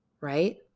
Right